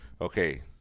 okay